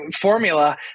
formula